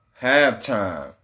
halftime